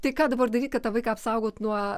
tai ką dabar daryt kad tą vaiką apsaugot nuo